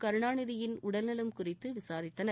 கருணாநிதியின் உடல்நலம் குறித்து விசாரித்தனர்